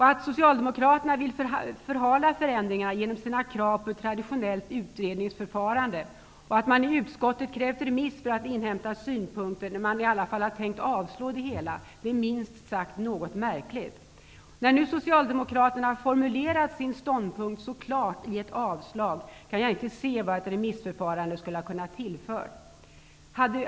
Att Socialdemokraterna vill förhala förändringarna genom sina krav på ett traditionellt utredningsförfarande och att man i utskottet krävt remiss för att inhämta synpunkter när man i alla fall tänker avstyrka det hela, är minst sagt något märkligt. När nu Socialdemokraterna har formulerat sin ståndpunkt så klart i ett avslag, kan jag inte se vad ett remissförfarande skulle ha kunna tillföra.